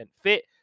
fit